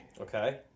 Okay